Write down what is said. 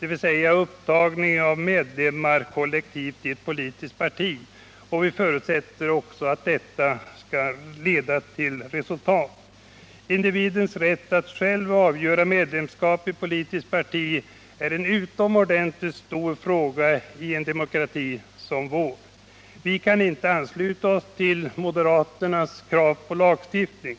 dvs. upptagning av medlemmar i ett politiskt parti, och vi förutsätter också att detta skall leda till resultat. Individens rätt att själv avgöra medlemskap i politiskt parti är en utomordentligt stor fråga i en demokrati som vår. Vi kan inte ansluta oss till moderaternas krav på lagstiftning.